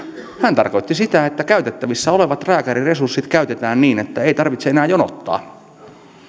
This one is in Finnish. hän tarkoitti sitä että käytettävissä olevat lääkäriresurssit käytetään niin että ei tarvitse enää jonottaa